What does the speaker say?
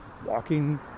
Walking